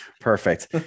Perfect